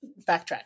backtrack